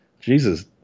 Jesus